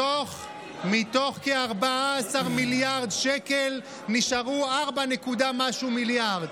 מתוך כ-14 מיליארד שקל נשארו 4 נקודה משהו מיליארד.